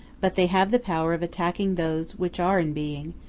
but they have the power of attacking those which are in being,